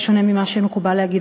בשונה ממה שמקובל להגיד,